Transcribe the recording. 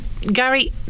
Gary